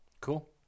Cool